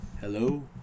Hello